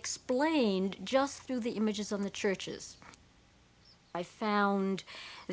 explained just through the images of the churches i found